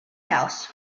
house